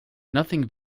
nothing